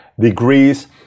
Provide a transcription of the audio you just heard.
degrees